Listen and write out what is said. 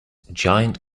giant